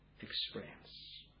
experience